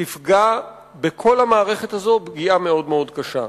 תפגע בכל המערכת הזאת פגיעה מאוד קשה.